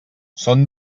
són